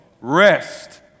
Rest